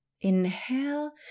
Inhale